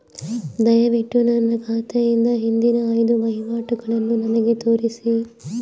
ದಯವಿಟ್ಟು ನನ್ನ ಖಾತೆಯಿಂದ ಹಿಂದಿನ ಐದು ವಹಿವಾಟುಗಳನ್ನು ನನಗೆ ತೋರಿಸಿ